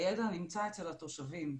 הידע נמצא אצל התושבים.